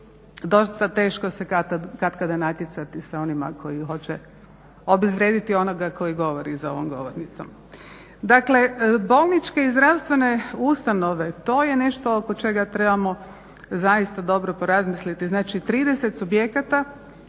dosta teško se katkada natjecati s onima koji hoće obezvrediti onoga koji govori za ovom govornicom. Dakle, bolničke i zdravstvene ustanove, to je nešto oko čega trebamo zaista dobro porazmisliti. Znači, 30 subjekata,